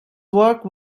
work